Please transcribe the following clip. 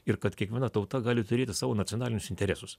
ir kad kiekviena tauta gali turėti savo nacionalinius interesus